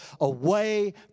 away